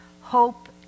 hope